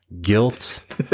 guilt